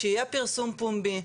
שיהיה פירסום בפומבי,